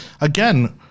again